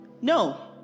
No